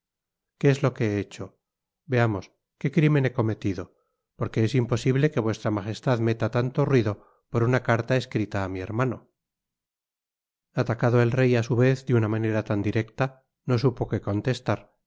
que es lo que he hecho vea mos qué crimen he cometido porque es imposible que vuestra majestad meta tanto ruido por una carta escrita á mi hermano atacado el rey á su vez de una manera tan directa no supo que contestar